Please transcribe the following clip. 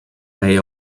pay